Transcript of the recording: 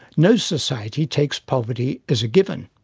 no society takes poverty as a given.